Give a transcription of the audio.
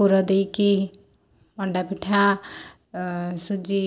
ପୁର ଦେଇକି ମଣ୍ଡା ପିଠା ସୁଜି